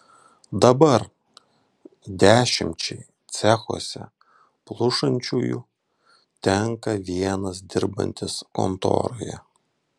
dabar dešimčiai cechuose plušančiųjų tenka vienas dirbantis kontoroje